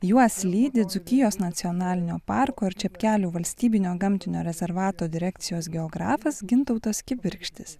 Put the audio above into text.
juos lydi dzūkijos nacionalinio parko ir čepkelių valstybinio gamtinio rezervato direkcijos geografas gintautas kibirkštis